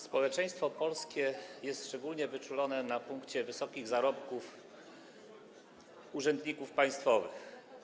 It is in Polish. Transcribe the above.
Społeczeństwo polskie jest szczególnie wyczulone na punkcie wysokich zarobków urzędników państwowych.